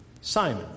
Simon